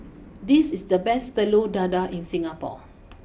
this is the best Telur Dadah in Singapore